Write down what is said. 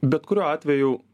bet kuriuo atveju